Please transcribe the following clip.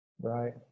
right